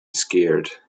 scared